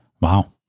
Wow